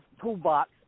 toolbox